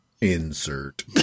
Insert